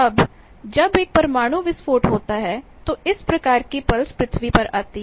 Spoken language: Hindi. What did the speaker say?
अब जब एक परमाणु विस्फोट होता है तो इस प्रकार की पल्स पृथ्वी पर आती है